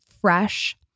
fresh